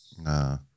Nah